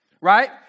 right